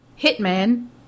Hitman